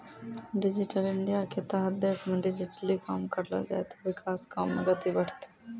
digital इंडियाके तहत देशमे डिजिटली काम करलो जाय ते विकास काम मे गति बढ़तै